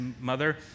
mother